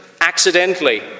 accidentally